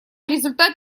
результат